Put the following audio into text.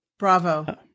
Bravo